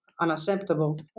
unacceptable